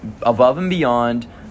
above-and-beyond